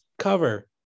cover